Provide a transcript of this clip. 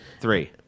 Three